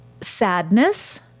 sadness